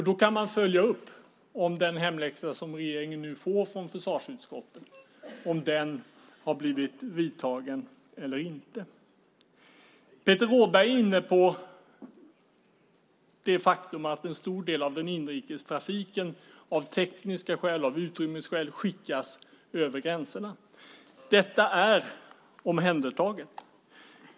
Då kan man följa upp om den hemläxa som regeringen nu får från försvarsutskottet har blivit gjord eller inte. Peter Rådberg var inne på det faktum att en stor del av inrikestrafiken av tekniska skäl och av utrymmesskäl skickas över gränserna. Detta är omhändertaget.